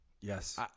yes